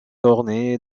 ornée